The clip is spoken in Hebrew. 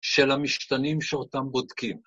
של המשתנים שאותם בודקים.